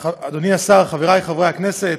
אדוני השר, חברי חברי הכנסת,